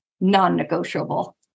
non-negotiable